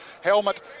helmet